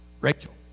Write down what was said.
Rachel